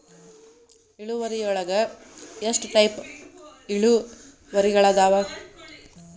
ಇಳುವರಿಯೊಳಗ ಎಷ್ಟ ಟೈಪ್ಸ್ ಇಳುವರಿಗಳಾದವ